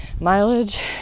mileage